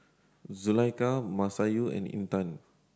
Zulaikha Masayu and Intan